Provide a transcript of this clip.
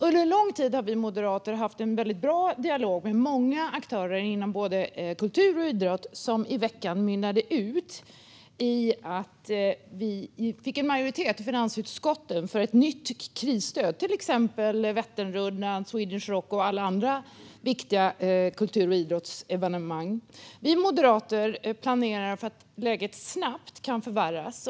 Under en lång tid har vi moderater haft en väldigt bra dialog med många aktörer inom både kultur och idrott som i veckan mynnade ut i att vi fick majoritet i finansutskottet för ett nytt krisstöd, till exempel till Vätternrundan, Sweden Rock och andra viktiga kultur och idrottsevenemang. Vi moderater planerar för att läget snabbt kan förvärras.